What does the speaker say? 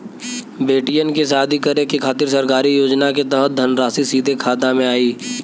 बेटियन के शादी करे के खातिर सरकारी योजना के तहत धनराशि सीधे खाता मे आई?